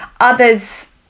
others